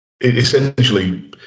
Essentially